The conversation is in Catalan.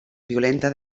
violenta